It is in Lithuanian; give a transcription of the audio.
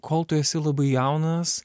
kol tu esi labai jaunas